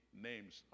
names